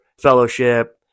fellowship